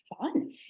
fun